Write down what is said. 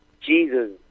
Jesus